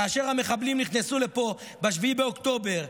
כאשר המחבלים נכנסו לפה ב-7 באוקטובר,